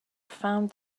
found